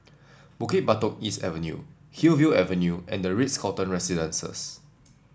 Bukit Batok East Avenue Hillview Avenue and the Ritz Carlton Residences